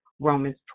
Romans